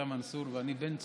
אתה מנסור ואני בן צור.